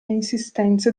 insistenze